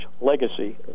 Legacy